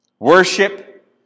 Worship